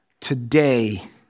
today